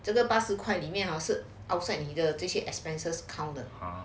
这个八十块里面还是 outside either 这些 expenses